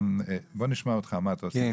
בוא נשמע אותך, משה אבוטבול, בבקשה.